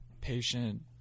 patient